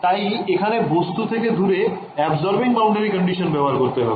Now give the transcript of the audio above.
তাই এখানে বস্তু থেকে দূরে absorbing boundary condition ব্যবহার করতে হবে